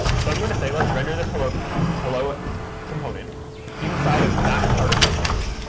so i'm going to say let's render this hello hello component inside of that part of the page.